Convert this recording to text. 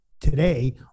today